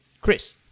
Chris